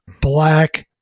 black